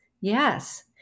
Yes